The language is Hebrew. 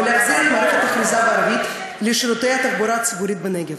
ולהחזיר את מערכת הכריזה בערבית לשירותי התחבורה הציבורית בנגב.